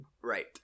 Right